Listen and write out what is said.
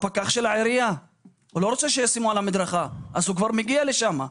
הפקח של העירייה לא רוצה שישימו על המדרכה והוא כבר מגיע לשם.